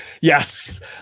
Yes